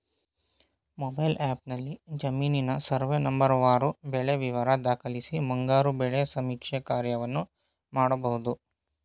mobile ಆ್ಯಪ್ನಲ್ಲಿ ಜಮೀನಿನ survey ನಂಬರ್ವಾರು ಬೆಳೆ ವಿವರ ದಾಖಲಿಸಿ ಮುಂಗಾರು ಬೆಳೆ ಸಮೀಕ್ಷೆ ಕಾರ್ಯವನ್ನು ಮಾಡ್ಬೋದು